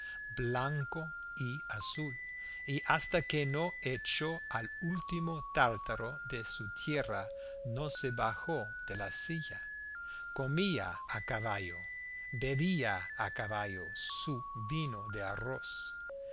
blanco y azul y hasta que no echó al último tártaro de su tierra no se bajó de la silla comía a caballo bebía a caballo su vino de arroz